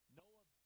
noah